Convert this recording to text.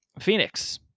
Phoenix